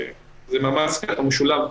המעשה משולב.